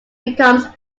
becomes